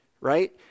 right